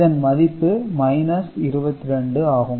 இதன் மதிப்பு 22 ஆகும்